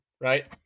right